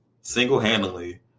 single-handedly